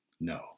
No